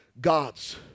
God's